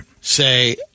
say